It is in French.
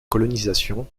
colonisation